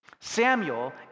Samuel